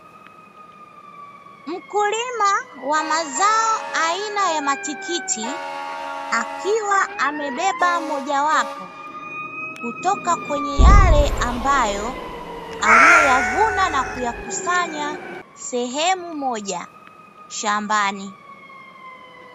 Mkulima wa mazao aina ya matikiti, akiwa amebeba mojawapo kutoka kwenye yale ambayo aliyoyavuna na kuyakusanya sehemu moja shambani.